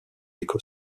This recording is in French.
écosse